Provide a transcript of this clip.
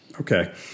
okay